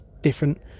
different